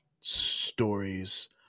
stories